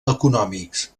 econòmics